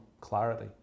clarity